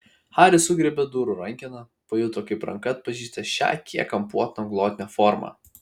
haris sugriebė durų rankeną pajuto kaip ranka atpažįsta šią kiek kampuotą glotnią formą